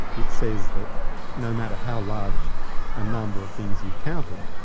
it says that no matter how large a number of things you counted,